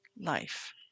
life